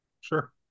Sure